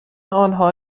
آنها